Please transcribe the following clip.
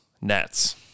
Nets